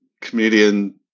comedian